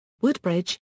Woodbridge